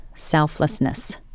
selflessness